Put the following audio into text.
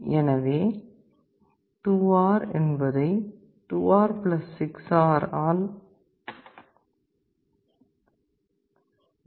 எனவே 2R என்பதை 2R 6R ஆல் வகுத்தால் Vref 4 கிடைக்கும்